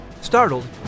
Startled